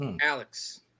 Alex